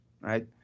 right